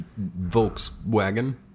Volkswagen